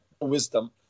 wisdom